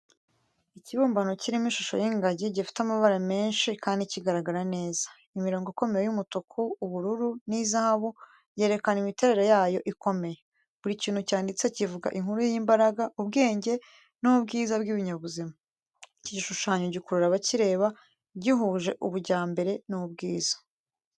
Ikibumbano kirimo ishusho y’ingagi gifite amabara menshi kandi kigaragara neza. Imirongo ikomeye y’umutuku, ubururu n'izahabu yerekana imiterere yayo ikomeye. Buri kintu cyanditse kivuga inkuru y’imbaraga, ubwenge n’ubwiza bw’ibinyabuzima. Iki gishushanyo gikurura abakireba, gihuje ubujyambere n’ubwiza